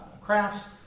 crafts